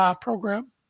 Program